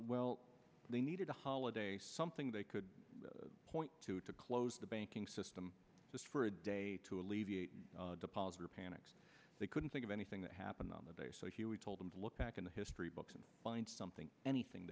well they needed a holiday something they could point to to close the banking system just for a day to alleviate deposit or panics they couldn't think of anything that happened on that day so he would told them to look back in the history books and find something anything